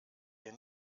dir